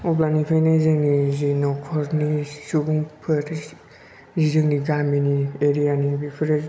अब्लानिफ्रायनो जोङो जे नखरनि सुबुंफोर जोंनि गामिनि एरियानि बेफोरो